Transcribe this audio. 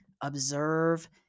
observe